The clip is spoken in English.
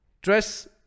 Dress